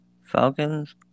Falcons